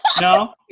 No